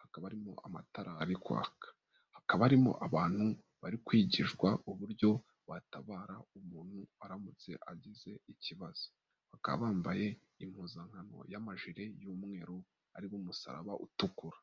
hakaba arimo amatara ari kwaka. Hakaba harimo abantu bari kwigishwa uburyo watabara umuntu aramutse agize ikibazo. Bakaba bambaye impuzankano y'amajiri y'umweru arimo umusaraba utukura.